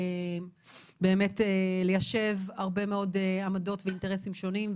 באמת ליישב הרבה מאוד עמדות ואינטרסים שונים.